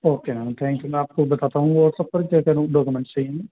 okay ma'am thank you میں آپ کو بتاتا ہوں واٹسیپ پر جو جو ڈاکومینٹس چاہییں